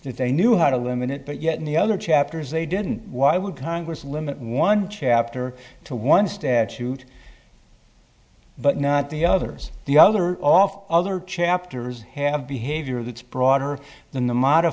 that they knew how to limit it but yet in the other chapters they didn't why would congress limit one chapter to one statute but not the others the other off other chapters have behavior that's broader than the mod